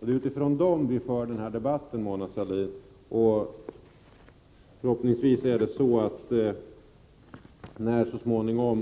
Det är utifrån dessa utvärderingar vi för denna debatt, Mona Sahlin. När